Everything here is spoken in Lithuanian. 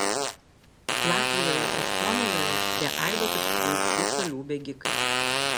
latvijoje ir suomijoje prie aido prisijungs šių šalių bėgikai